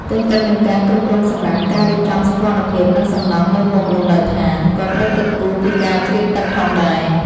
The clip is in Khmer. ទន្ទឹមនឹងការគ្រប់គ្រងសំរាម ការរៀបចំសោភ័ណភាព និងសំណង់នៅមុខលំនៅដ្ឋាន ក៏ត្រូវគិតគូរពីការជ្រាបទឹកផងដែរ។